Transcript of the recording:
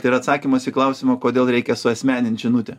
tai yra atsakymas į klausimą kodėl reikia suasmenint žinutę